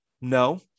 No